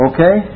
Okay